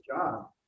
job